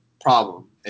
problem